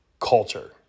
culture